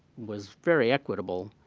was very equitable,